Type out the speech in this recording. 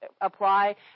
apply